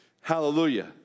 hallelujah